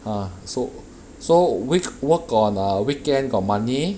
ah so so week~ work on a weekend got money